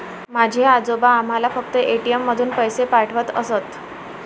माझे आजोबा आम्हाला फक्त ए.टी.एम मधून पैसे पाठवत असत